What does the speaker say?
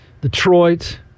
Detroit